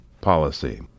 policy